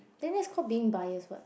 then that's called being biased [what]